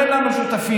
אין לנו שותפים,